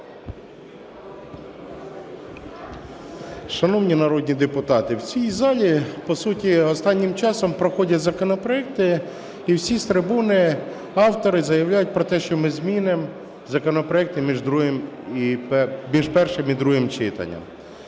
Шановні народні депутати, в цій залі, по суті, останнім часом проходять законопроекти, і всі з трибуни автори заявляють про те, що ми змінимо законопроекти між першим і другим читанням.